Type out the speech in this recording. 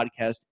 podcast